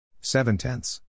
Seven-tenths